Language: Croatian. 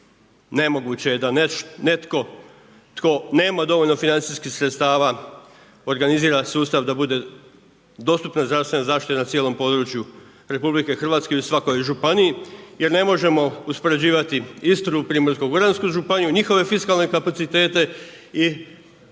Nemoguće je da netko tko nema dovoljno financijskih sredstava organizira sustav da bude dostupna zdravstvena zaštita na cijelom području RH i u svakoj županiji jer ne možemo uspoređivati Istru, Primorsko-goransku županiju, njihove fiskalne kapacitete i